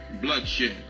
bloodshed